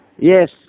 Yes